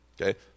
okay